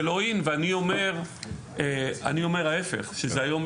זה לא In. אני אומר ההיפך היום,